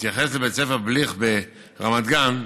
בהתייחס לבית ספר בליך ברמת גן,